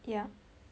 yeah